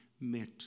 met